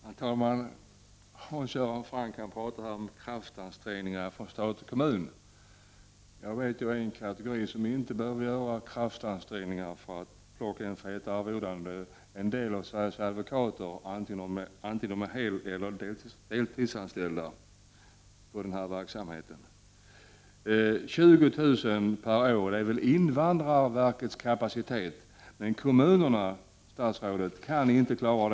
Herr talman! Hans Göran Franck talar om kraftansträngningar från stat och kommun. Jag vet en kategori som inte behöver göra kraftansträngningar för att plocka in feta arvoden, och det är några av Sveriges advokater, vare sig de är heleller deltidsanställda, på denna verksamhet. 20 000 per år är väl invandrarverkets kapacitet — kommunerna klarar inte så många.